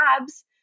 abs